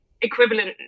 equivalent